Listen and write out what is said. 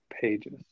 pages